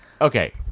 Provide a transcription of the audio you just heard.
okay